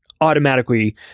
automatically